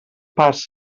parts